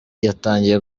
yatangiye